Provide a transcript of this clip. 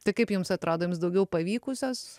tai kaip jums atrado jums daugiau pavykusios